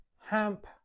hemp